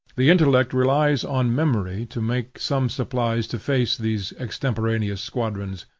the intellect relies on memory to make some supplies to face these extemporaneous squadrons.